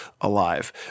alive